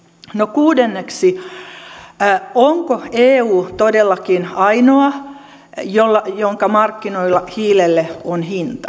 kuudenneksi onko eu todellakin ainoa jonka markkinoilla hiilelle on hinta